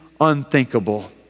unthinkable